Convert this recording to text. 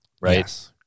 Right